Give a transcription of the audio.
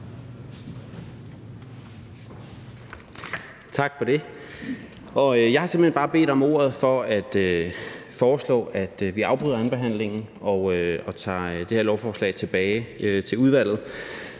Tak for det. Jeg har simpelt hen bare bedt om ordet for at foreslå, at vi afbryder andenbehandlingen og tager det her lovforslag tilbage til udvalget,